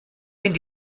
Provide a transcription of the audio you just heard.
mynd